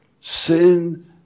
Sin